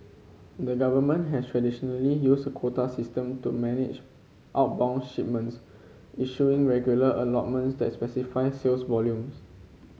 the government has traditionally used a quota system to manage outbound shipments issuing regular allotments that specify sales volumes